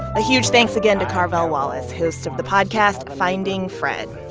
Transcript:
a huge thanks again to carvell wallace, host of the podcast finding fred.